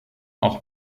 auch